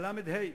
הל"ה,